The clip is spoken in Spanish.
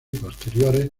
posteriores